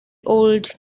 old